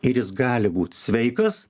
ir jis gali būt sveikas